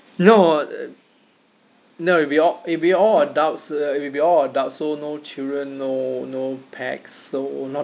no uh no it'll be all it'll be all adults uh it'll be all adult so no children no no pets so not